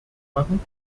machen